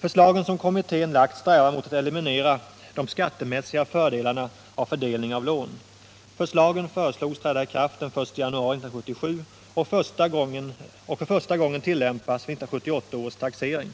Förslagen som kommittén lagt strävar mot att eliminera de skattemässiga fördelarna av fördelning av lån. De nya reglerna föreslogs träda i kraft den 1 januari 1977 och för första gången tillämpas vid 1978 års taxering.